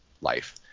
life